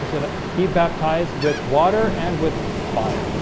he said ah he baptized with water and with fire